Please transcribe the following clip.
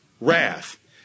wrath